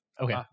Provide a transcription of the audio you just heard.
Okay